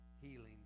healing